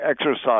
exercise